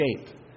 escape